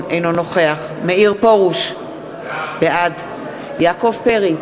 אינו נוכח מאיר פרוש, בעד יעקב פרי,